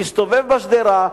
להסתובב בשדרה,